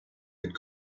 had